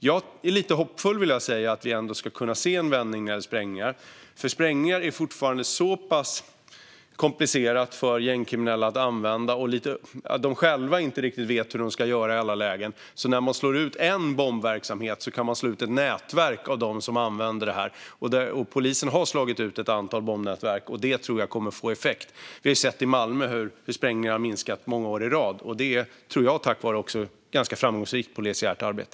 Jag är lite hoppfull att vi ändå ska kunna se en vändning när det gäller sprängningar. Sprängningar är fortfarande så pass komplicerat för gängkriminella att använda att de själva inte riktigt vet hur de ska göra i alla lägen. När man slår ut en bombverksamhet kan man slå ut ett nätverk av dem som använder detta. Polisen har slagit ut ett antal bombnätverk. Det tror jag kommer att få effekt. Vi har sett i Malmö hur sprängningar har minskat många år i rad. Det tror jag är tack vare ett ganska framgångsrikt polisiärt arbete.